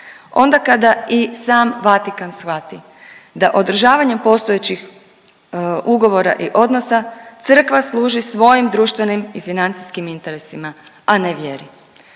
Onda kada i sam Vatikan shvati da održavanjem postojećih ugovora i odnosa crkva služi svojim društvenim i financijskim interesima, a ne vjeri.